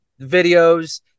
videos